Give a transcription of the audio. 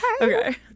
Okay